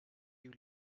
you